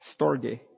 Storge